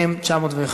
נתקבלה.